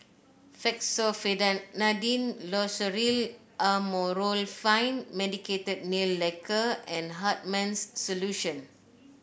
Fexofenadine Loceryl Amorolfine Medicated Nail Lacquer and Hartman's Solution